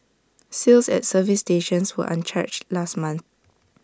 sales at service stations were unchanged last month